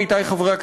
עמיתי חברי הכנסת,